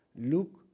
look